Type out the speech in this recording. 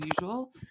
usual